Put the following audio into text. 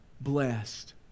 blessed